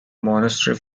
monastery